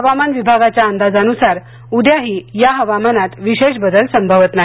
हवामान विभागाच्या अंदाजानुसार उद्याही या हवामानात विशेष बदल संभवत नाही